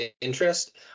interest